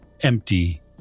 empty